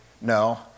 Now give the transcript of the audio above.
no